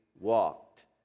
walked